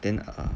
then err